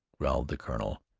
growled the colonel,